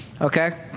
Okay